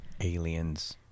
Aliens